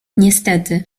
niestety